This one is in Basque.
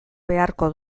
beharko